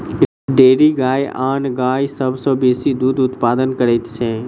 dairy गाय आन गाय सभ सॅ बेसी दूध उत्पादन करैत छै